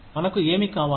మనకు ఏమి కావాలి